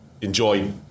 enjoy